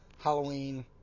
Halloween